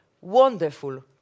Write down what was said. Wonderful